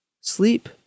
sleep